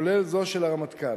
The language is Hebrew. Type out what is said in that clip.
כולל זו של הרמטכ"ל.